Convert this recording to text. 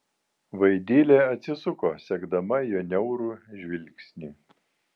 vaidilė atsisuko sekdama jo niaurų žvilgsnį